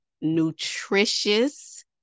nutritious